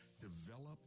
Develop